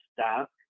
stop